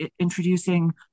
introducing